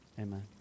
amen